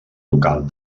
local